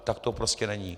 Tak to prostě není. .